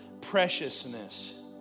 preciousness